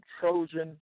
Trojan